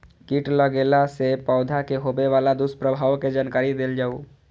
कीट लगेला से पौधा के होबे वाला दुष्प्रभाव के जानकारी देल जाऊ?